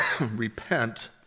Repent